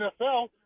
NFL